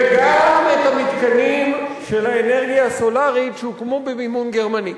וגם את המתקנים של האנרגיה הסולרית שהוקמו במימון גרמני.